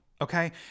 okay